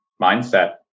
mindset